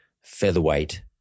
featherweight